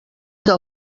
del